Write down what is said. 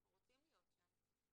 אנחנו רוצים להיות שם.